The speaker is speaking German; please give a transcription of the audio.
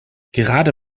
gerade